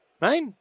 Right